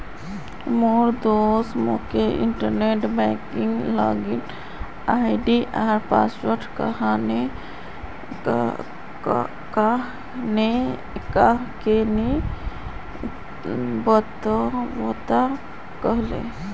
मोर दोस्त मोक इंटरनेट बैंकिंगेर लॉगिन आई.डी आर पासवर्ड काह को नि बतव्वा कह ले